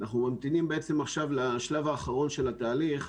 אנחנו ממתינים עכשיו לשלב האחרון של התהליך,